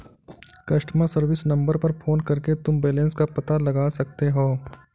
customer service number पर phone करके तुम बैलन्स का पता लगा सकते हो